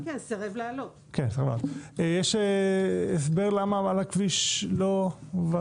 יש הסבר למה על הכביש לא?